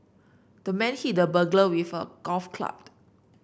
the man hit the burglar with a golf club